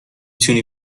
تونی